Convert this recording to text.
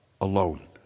alone